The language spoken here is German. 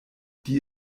die